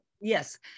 Yes